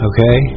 Okay